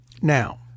Now